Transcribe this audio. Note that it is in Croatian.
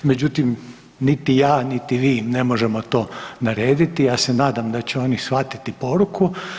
Međutim niti ja, niti vi ne možemo to narediti, ja se nadam da će oni shvatiti poruku.